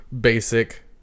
basic